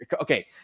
okay